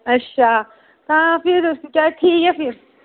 ते तां फिर ठीक ऐ फिर